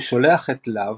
הוא שולח את לאב,